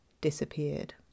disappeared